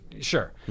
Sure